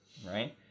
Right